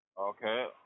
Okay